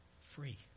free